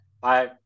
Bye